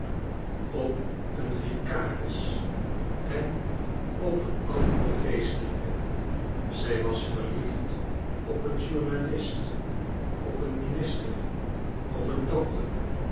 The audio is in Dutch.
op een vicaris en op een anderen geestelijke zij was verliefd op een journalist op een minister op een dokter